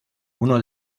uno